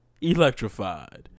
electrified